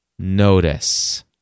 notice